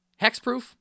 Hexproof